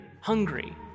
hungry